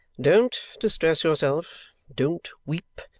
don't distress yourself! don't weep!